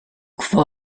for